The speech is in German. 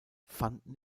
fanden